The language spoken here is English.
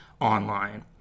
online